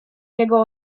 niego